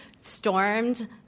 stormed